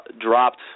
dropped